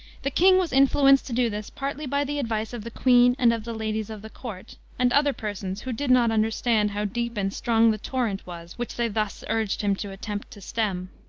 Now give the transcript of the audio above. the king was influenced to do this partly by the advice of the queen, and of the ladies of the court, and other persons who did not understand how deep and strong the torrent was which they thus urged him to attempt to stem.